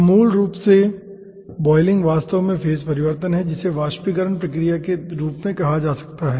तो मूल रूप से बॉयलिंग वास्तव में फेज परिवर्तन है और जिसे वाष्पीकरण प्रक्रिया के रूप में कहा जा सकता है